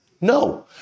no